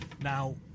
Now